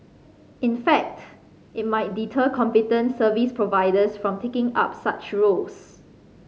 in fact it might deter competent service providers from taking up such roles